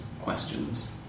questions